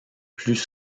plus